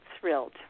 thrilled